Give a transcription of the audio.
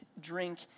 drink